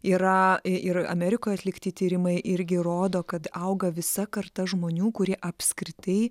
yra ir amerikoj atlikti tyrimai irgi rodo kad auga visa karta žmonių kurie apskritai